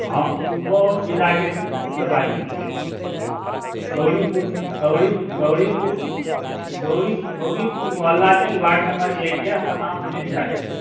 हम सुपौल जिलाके सुखपुर से बाजै छियै गौरीपुर गौरी गौरीपुर गौरी गौरीपुर मोहल्लाके वार्ड नम्बर एक से हमर नाम अनिल झा छियै